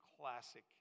classic